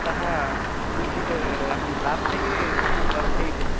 अतः किञ्चित् अहं प्रार्थये धनं वर्धयितुं